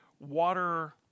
water